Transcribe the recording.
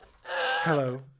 Hello